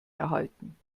erhalten